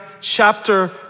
chapter